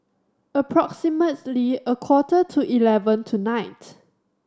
approximately a quarter to eleven tonight